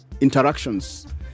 interactions